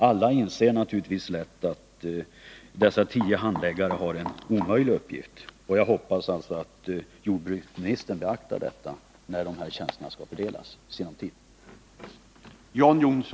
Man inser lätt att dessa tio handläggare har en omöjlig uppgift. Jag hoppas alltså att jordbruksministern beaktar detta när de nya tjänsterna i sinom tid skall fördelas.